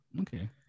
Okay